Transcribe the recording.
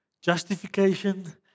justification